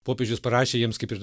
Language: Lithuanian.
popiežius parašė jiems kaip ir